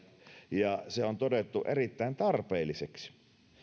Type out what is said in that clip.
ja se on todettu erittäin tarpeelliseksi